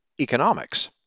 economics